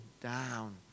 down